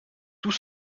tout